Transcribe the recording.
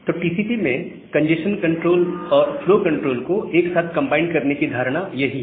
तो टीसीपी में congestion control और फ्लो कंट्रोल को एक साथ कंबाइन करने की धारणा यही है